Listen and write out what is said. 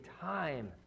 time